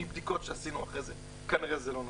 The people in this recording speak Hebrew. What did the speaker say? מבדיקות שעשינו אחרי זה כנראה שזה לא נכון,